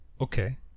Okay